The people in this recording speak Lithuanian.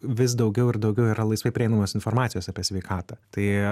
vis daugiau ir daugiau yra laisvai prieinamos informacijos apie sveikatą tai